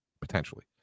potentially